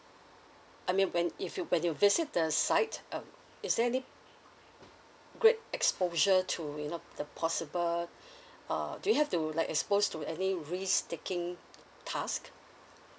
I mean when if you when you visit the site um is there any great exposure to you know the possible uh do you have to like exposed to any risk taking task